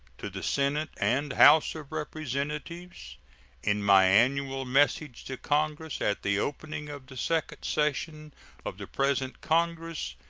to the senate and house of representatives in my annual message to congress at the opening of the second session of the present congress,